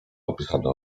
opisane